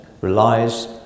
relies